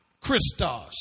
Christos